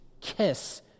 kiss